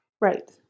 Right